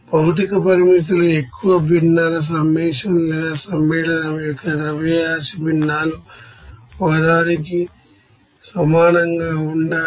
physical constraints లేదా summation of more fractions mass fractions of the compound ఒకదానికి సమానంగా ఉండాలి